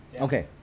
Okay